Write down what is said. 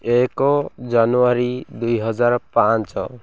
ଏକ ଜାନୁଆରୀ ଦୁଇହଜାର ପାଞ୍ଚ